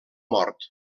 mort